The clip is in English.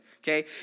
okay